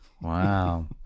Wow